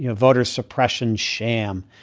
you know voter suppression sham.